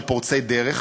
של פורצי דרך,